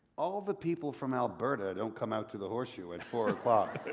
all the people from alberta don't come out to the horseshoe at four